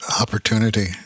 opportunity